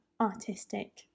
artistic